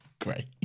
great